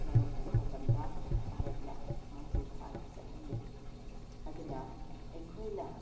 ꯃꯥꯏꯌꯣꯛꯅꯕ ꯃꯇꯝꯗ ꯚꯥꯔꯠꯅ ꯃꯥꯡꯖꯤꯟ ꯊꯥꯅ ꯆꯠꯍꯟꯅꯤꯡꯉꯤ ꯑꯗꯨꯅ ꯑꯩꯈꯣꯏꯅ